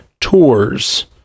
tours